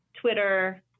Twitter